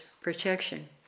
protection